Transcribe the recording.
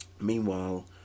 Meanwhile